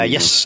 Yes